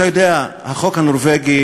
אתה יודע, החוק הנורבגי